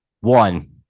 one